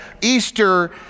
Easter